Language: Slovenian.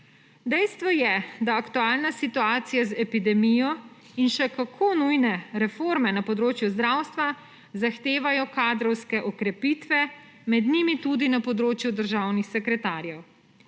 Dejstvo je, da aktualna situacija z epidemijo in še kako nujne reforme na področju zdravstva zahtevajo kadrovske okrepitve, med njimi tudi na področju državnih sekretarjev.